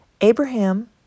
Abraham